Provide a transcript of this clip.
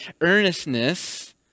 earnestness